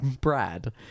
Brad